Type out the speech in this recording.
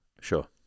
Sure